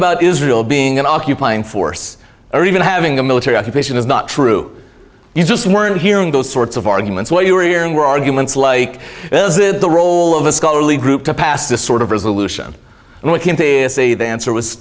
about israel being an occupying force or even having a military occupation is not true you just weren't hearing those sorts of arguments what you were hearing were arguments like is it the role of a scholarly group to pass this sort of resolution and we came to say the answer was